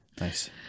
nice